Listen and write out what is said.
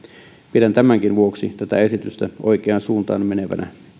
pidän tämänkin vuoksi tätä esitystä oikeaan suuntaan menevänä